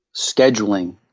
scheduling